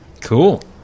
cool